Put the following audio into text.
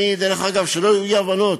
דרך אגב, שלא יהיו אי-הבנות,